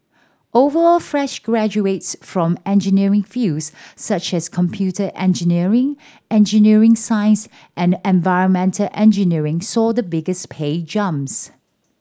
overall fresh graduates from engineering fields such as computer engineering engineering science and environmental engineering saw the biggest pay jumps